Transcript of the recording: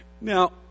Now